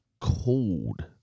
cold